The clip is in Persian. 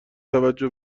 توجه